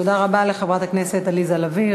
תודה רבה לחברת הכנסת עליזה לביא,